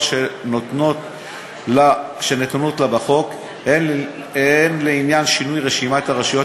שנתונות לה בחוק הן לעניין שינוי רשימת הרשויות